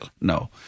No